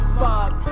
fuck